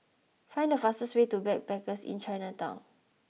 find the fastest way to Backpackers Inn Chinatown